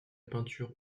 peinture